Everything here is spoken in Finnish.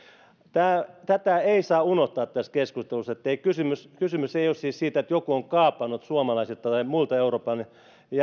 tätä ei saa unohtaa tässä keskustelussa kysymys kysymys ei ole siis siitä että joku on kaapannut suomalaisilta tai muilta euroopan